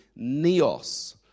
neos